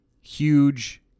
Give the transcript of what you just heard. Huge